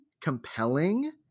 compelling